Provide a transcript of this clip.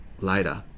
later